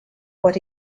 what